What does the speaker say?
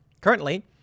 Currently